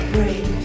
Break